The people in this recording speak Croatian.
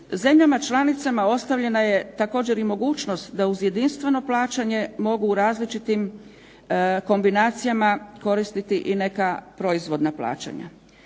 Zemljama članicama ostavljena je također i mogućnost da uz jedinstveno plaćanje mogu u različitim kombinacijama koristiti i neka proizvodna plaćanja.